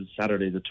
Saturday